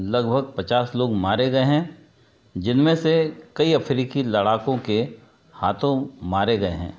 लगभग पचास लोग मारे गए हैं जिनमें से कई अफ्रीकी लड़ाकों के हाथों मारे गए हैं